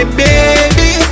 baby